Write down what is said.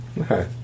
Okay